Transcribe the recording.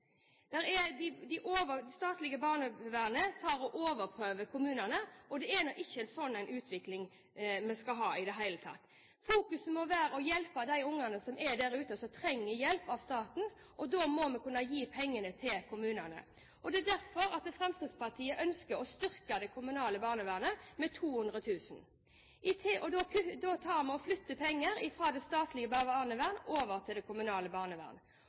der ute som trenger hjelp av staten, og da må vi kunne gi pengene til kommunene. Det er derfor Fremskrittspartiet ønsker å styrke det kommunale barnevernet med 200 000. Da flytter vi penger fra det statlige barnevernet over til det kommunale